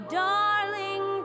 darling